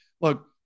Look